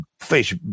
fish